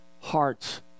heart's